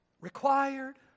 required